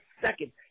second